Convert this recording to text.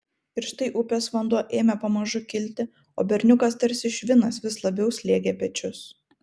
ir štai upės vanduo ėmė pamažu kilti o berniukas tarsi švinas vis labiau slėgė pečius